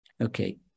Okay